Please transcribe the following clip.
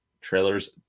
trailers